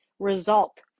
Result